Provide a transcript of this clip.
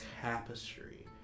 tapestry